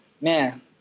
man